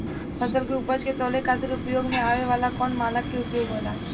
फसल के उपज के तौले खातिर उपयोग में आवे वाला कौन मानक के उपयोग होला?